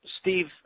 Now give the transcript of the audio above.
Steve